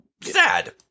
sad